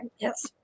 Yes